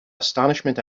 astonishment